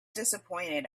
disappointed